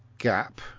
gap